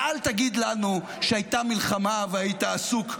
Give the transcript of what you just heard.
ואל תגיד לנו שהייתה מלחמה והיית עסוק.